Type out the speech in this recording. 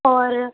اور